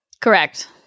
Correct